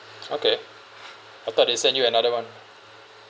okay I thought they send you another [one]